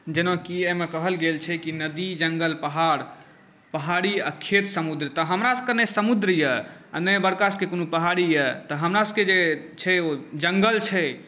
जेनाकि एहिमे कहल गेल छै कि नदी जङ्गल पहाड़ पहाड़ी आ खेत समुद्र तऽ हमरासभके नहि समुद्र यए आ नहि हमरासभकेँ कोनो पहाड़ी यए तऽ हमरासभकेँ जे छै ओ जङ्गल छै